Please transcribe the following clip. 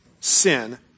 sin